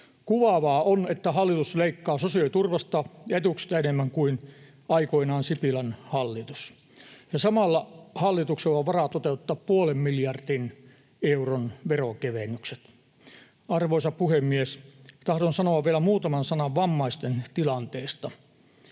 Kuvaavaa on, että hallitus leikkaa sosiaaliturvasta ja -etuuksista enemmän kuin aikoinaan Sipilän hallitus ja samalla hallituksella on varaa toteuttaa puolen miljardin euron veronkevennykset. Arvoisa puhemies! Tahdon sanoa vielä muutaman sanan vammaisten tilanteesta.